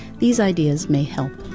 these ideas may help.